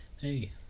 hey